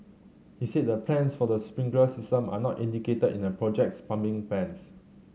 he said the plans for the sprinkler system are not indicated in the project's plumbing plans